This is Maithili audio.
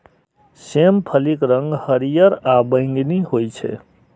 सेम फलीक रंग हरियर आ बैंगनी होइ छै